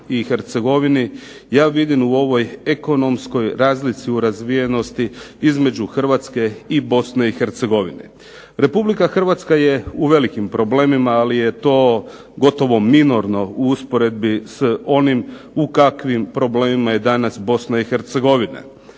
i Hercegovini, ja vidim u ovoj ekonomskoj razlici u razvijenosti između Hrvatske i Bosne i Hercegovine. Republika Hrvatska je u velikim problemima, ali je to gotovo minorno u usporedbi s onim u kakvim problemima je danas Bosna i Hercegovina,